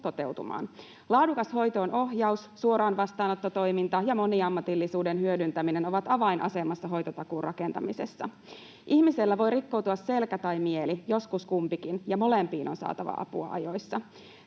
toteutumaan. Laadukas hoitoon-ohjaus, suoravastaanottotoiminta ja moniammatillisuuden hyödyntäminen ovat avainasemassa hoitotakuun rakentamisessa. Ihmisellä voi rikkoutua selkä tai mieli, joskus kumpikin, ja molempiin on saatava apua ajoissa.